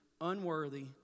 unworthy